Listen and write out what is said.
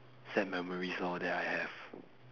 sad memories lor that I have